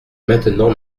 maintenant